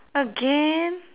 again